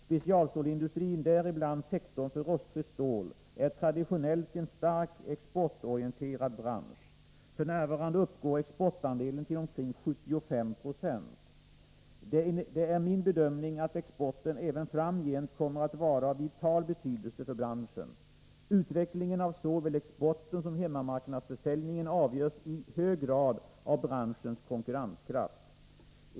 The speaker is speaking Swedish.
Specialstålsindustrin, däribland sektorn för rostfritt stål, är traditionellt en starkt exportorienterad bransch. F. n. uppgår exportandelen till omkring 75 90. Det är min bedömning att exporten även framgent kommer att vara av vital betydelse för branschen. Utvecklingen av såväl exporten som hemmamarknadsförsäljningen avgörs i hög grad av branschens konkurrenskraft.